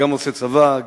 שגם עושה צבא,